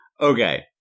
Okay